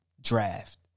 draft